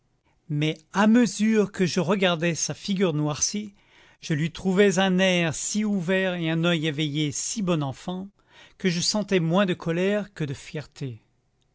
mais à mesure que je regardais sa figure noircie je lui trouvais un air si ouvert et un oeil éveillé si bon enfant que je sentais moins de colère que de fierté